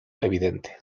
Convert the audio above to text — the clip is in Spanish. evidente